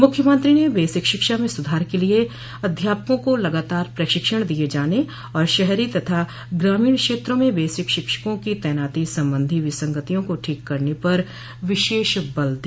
मुख्यमंत्री ने बेसिक शिक्षा में सुधार के लिए अध्यापकों को लगातार प्रशिक्षण दिये जाने और शहरी तथा ग्रामीण क्षेत्रों में बेसिक शिक्षकों की तैनाती संबंधी विसंगतियों को ठीक करने पर विशेष बल दिया